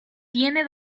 tiene